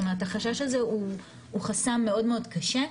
החשש הזה הוא חסם מאוד-מאוד קשה.